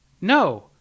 no